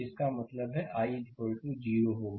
इसका मतलब है कि i 0 होगा